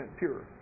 pure